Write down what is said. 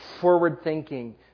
forward-thinking